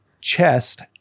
chest